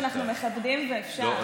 אנחנו מכבדים ואפשר.